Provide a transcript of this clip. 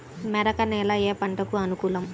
మెరక నేల ఏ పంటకు అనుకూలం?